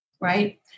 right